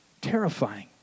Terrifying